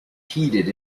heated